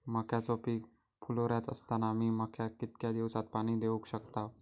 मक्याचो पीक फुलोऱ्यात असताना मी मक्याक कितक्या दिवसात पाणी देऊक शकताव?